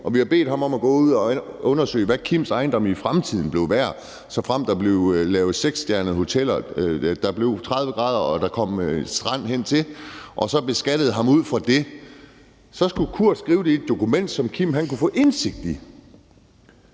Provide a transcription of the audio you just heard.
og vi havde bedt ham om at gå ud og undersøge, hvad Kims ejendomme i fremtiden blev værd, såfremt der blev lavet seksstjernede hoteller, der var 30 grader, og der kom en strand derhen til, og beskattede ham ud fra det, så skulle Kurt skrive det i et dokument, som Kim kunne få indsigt i.